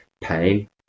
pain